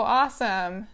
awesome